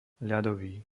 ľadový